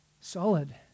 solid